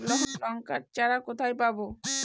লঙ্কার চারা কোথায় পাবো?